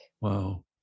Wow